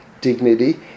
dignity